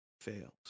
fails